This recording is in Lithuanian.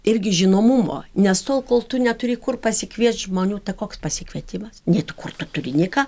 irgi žinomumo nes tol kol tu neturi kur pasikviest žmonių tai koks pasikvietimas nei tu kur tu turi nei ką